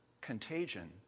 contagion